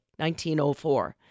1904